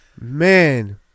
Man